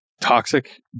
toxic